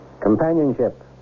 Companionship